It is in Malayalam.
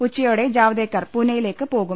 ഉച്ചയോടെ ജാവ ദേക്കർ പൂനയിലേക്ക് പോകും